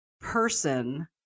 person